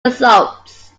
results